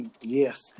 Yes